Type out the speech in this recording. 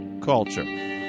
culture